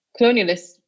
colonialists